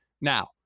now